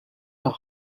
are